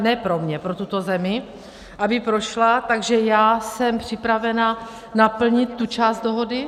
ne pro mě, pro tuto zemi, aby prošla, takže já jsem připravena naplnit tu část dohody.